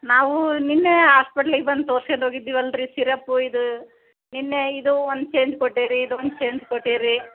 ನಾವು ನಿನ್ನೆ ಹಾಸ್ಪೆಟ್ಲಿಗೆ ಬಂದು ತೋರ್ಸ್ಗಂಡ್ ಹೋಗಿದ್ದೀವಲ್ರಿ ಸಿರಪ್ಪು ಇದು ನಿನ್ನೆ ಇದು ಒಂದು ಚೇಂಜ್ ಕೊಟ್ಟೀರಿ ಇದೊಂದು ಚೇಂಜ್ ಕೊಟ್ಟೀರಿ